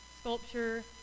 sculpture